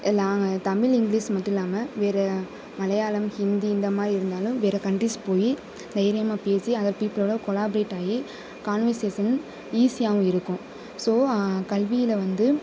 எல்லாமே தமிழ் இங்கிலீஸ் மட்டும் இல்லாமல் வேறு மலையாளம் ஹிந்தி இந்த மாதிரி இருந்தாலும் வேறு கண்ட்ரீஸ் போய் தைரியமாக பேசி அந்த பீப்பிளோடு கொலாப்ரேட் ஆகி கான்வர்சேஸன் ஈஸியாகவும் இருக்கும் ஸோ கல்வியில் வந்து